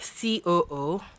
COO